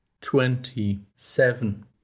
Twenty-seven